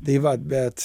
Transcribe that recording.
tai va bet